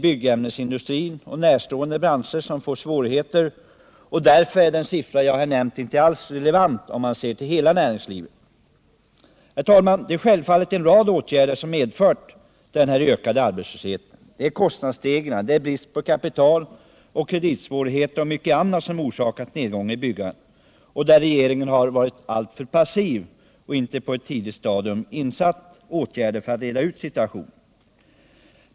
Byggämnesindustrin och närstående branscher får svårigheter. Därför är den siffra jag nämnt inte alls relevant, om man ser till hela näringslivet. Herr talman! Det är självfallet en rad åtgärder som medfört denna ökade arbetslöshet. Det är kostnadsstegringarna, bristen på kapital, kreditsvårigheter och mycket annat som orsakat nedgången i byggandet. Regeringen har varit alltför passiv och inte på ett tidigt stadium vidtagit åtgärder för att reda ut situationen.